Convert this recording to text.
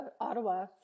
Ottawa